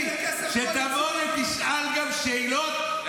שתבוא ותשאל גם שאלות,